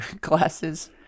glasses